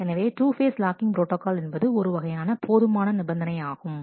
எனவே 2 phase locking protocol என்பது ஒருவகையான போதுமான நிபந்தனை ஆகும்